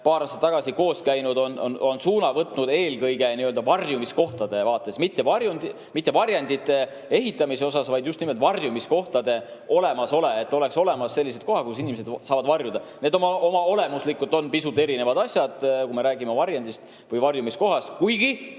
paar aastat koos käinud, on suuna võtnud eelkõige varjumiskohtade vaates: mitte varjendite ehitamine, vaid just nimelt varjumiskohtade olemasolu, et oleksid olemas sellised kohad, kus inimesed saavad varjuda. Need on olemuslikult pisut erinevad asjad, kui me räägime varjendist või varjumiskohast, kuigi